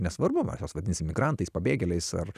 nesvarbu mes juos vadinsim migrantais pabėgėliais ar